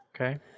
Okay